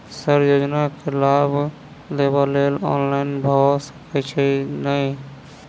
Sir योजना केँ लाभ लेबऽ लेल ऑनलाइन भऽ सकै छै नै?